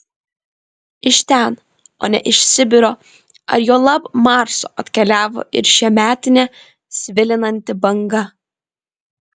iš ten o ne iš sibiro ar juolab marso atkeliavo ir šiemetinė svilinanti banga